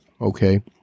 okay